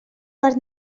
per